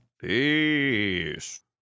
Peace